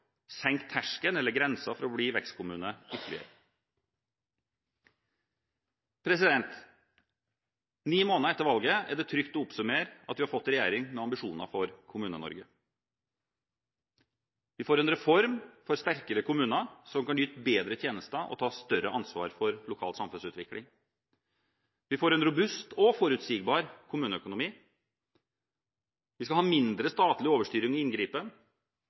senke terskelen, eller grensen, for å bli vekstkommuner ytterligere. Ni måneder etter valget er det trygt å oppsummere at vi har fått en regjering med ambisjoner for Kommune-Norge: Vi får en reform for sterkere kommuner – som kan yte bedre tjenester og ta større ansvar for lokal samfunnsutvikling. Vi får en robust og forutsigbar kommuneøkonomi. Vi skal ha mindre statlig overstyring og inngripen.